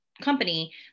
company